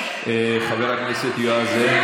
שהסיבה והמטרה של פיזור הכנסת העשרים